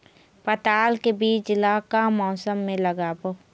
पताल के बीज ला का मौसम मे लगाबो?